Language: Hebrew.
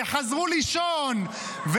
וחזרו לישון,